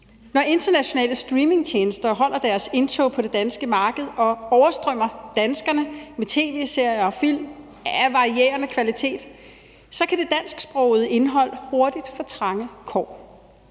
Når internationale streamingtjenester holder deres indtog på det danske marked og oversvømmer danskerne med tv-serier og film af varierende kvalitet, så kan det dansksprogede indhold hurtigt få trange kår.